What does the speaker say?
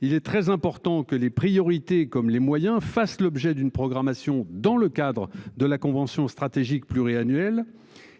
Il est très important que les priorités comme les moyens fassent l'objet d'une programmation dans le cadre de la convention stratégique pluriannuel